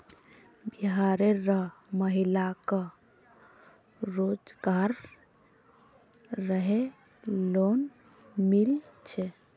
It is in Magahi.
बिहार र महिला क रोजगार रऐ लोन मिल छे